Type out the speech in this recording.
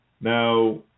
Now